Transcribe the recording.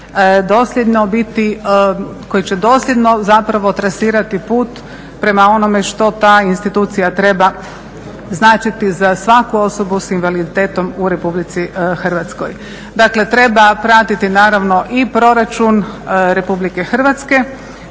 u zakon koji će dosljedno zapravo trasirati put prema onome što ta institucija treba značiti za svaku osobu s invaliditetom u Republici Hrvatskoj. Dakle treba pratiti naravno i proračun Republike Hrvatske,